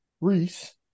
Reese